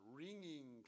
ringing